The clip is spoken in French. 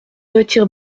retire